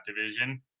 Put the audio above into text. division